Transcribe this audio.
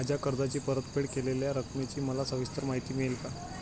माझ्या कर्जाची परतफेड केलेल्या रकमेची मला सविस्तर माहिती मिळेल का?